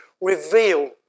reveal